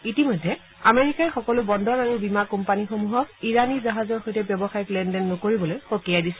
ইতিমধ্যে আমেৰিকাই সকলো বন্দৰ আৰু বীমা কোম্পানীসমূহক ইৰানী জাহাজৰ সৈতে ব্যৱসায়িক লেনদেন নকৰিবলৈ সকিয়াই দিছে